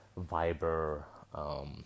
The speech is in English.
Viber